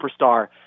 superstar